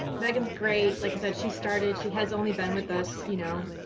meaghan's great, like i said she started she has only been with us you know,